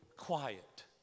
quiet